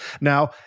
Now